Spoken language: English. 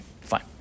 Fine